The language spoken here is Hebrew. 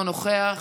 אינו נוכח.